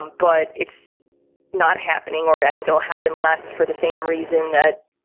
but it's not happening or i think it'll happen less for the same reason that.